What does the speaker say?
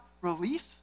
relief